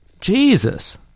Jesus